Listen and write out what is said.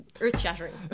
earth-shattering